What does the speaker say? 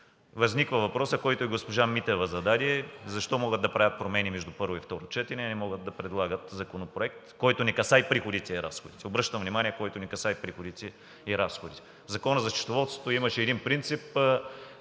Възниква въпросът, който и госпожа Митева зададе: „Защо могат да правят промени между първо и второ четене, а не могат да предлагат законопроект, който не касае приходите и разходите?“ Обръщам внимание, който не касае приходите и разходите. В Закона за счетоводството имаше един принцип